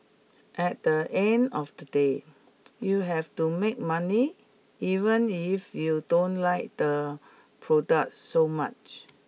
at the end of the day you have to make money even if you don't like the product so much